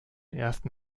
ersten